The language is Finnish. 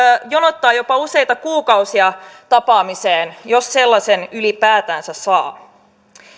jonottamaan jopa useita kuukausia tapaamiseen jos sellaisen ylipäätänsä saa